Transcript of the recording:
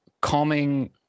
calming